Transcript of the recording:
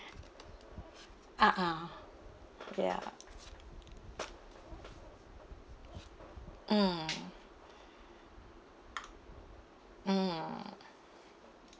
(uh huh) ya mm mm